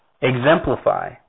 exemplify